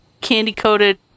candy-coated